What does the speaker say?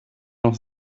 noch